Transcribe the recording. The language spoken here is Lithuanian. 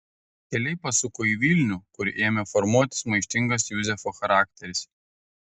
keliai pasuko į vilnių kur ėmė formuotis maištingas juzefo charakteris